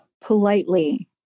politely